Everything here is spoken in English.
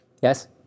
Yes